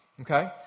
okay